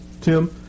tim